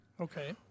Okay